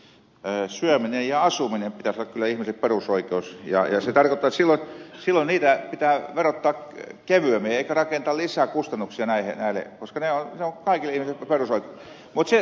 syömisen ja asumisen pitäisi olla kyllä ihmiselle perusoikeus ja se tarkoittaa että silloin niitä pitää verottaa kevyemmin eikä rakentaa lisää kustannuksia näille koska ne ovat kaikille ihmisille perusoikeuksia